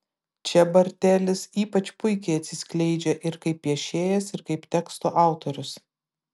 čia bartelis ypač puikiai atsiskleidžia ir kaip piešėjas ir kaip tekstų autorius